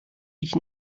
ich